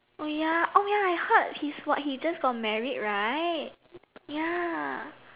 oh ya oh ya I heard he's what he just got married right ya